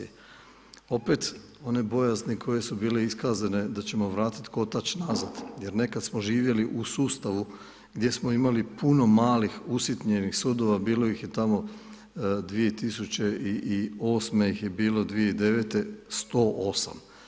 Opet one bojazni koje su bile iskazane da ćemo vratiti kotač nazad, jer nekad smo živjeli u sustavu gdje smo imali puno malih usitnjenih sudova, bilo ih je tamo 2008. ih je bilo 2009. 108.